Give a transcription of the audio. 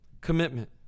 Commitment